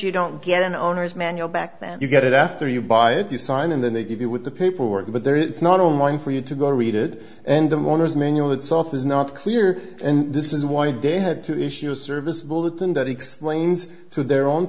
you don't get an owner's manual back that you get it after you buy it you sign in and they give you with the paperwork but there it's not online for you to go to read it and the mourners manual itself is not clear and this is why de had to issue a service bulletin that explains to their own